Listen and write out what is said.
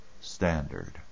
standard